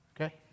okay